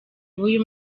b’uyu